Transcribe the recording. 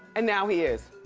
and now he is.